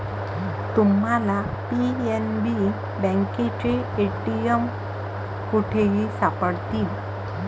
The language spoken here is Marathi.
तुम्हाला पी.एन.बी बँकेचे ए.टी.एम कुठेही सापडतील